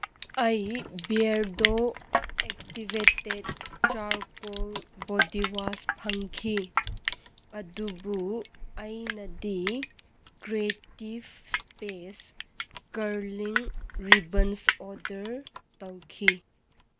ꯑꯩ ꯕꯤꯌꯔꯗꯣ activated charcoal body wash ꯐꯪꯈꯤ ꯑꯗꯨꯕꯨ ꯑꯩꯅꯗꯤ creative space curling ribbons order ꯇꯧꯈꯤ